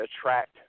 attract